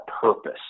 purpose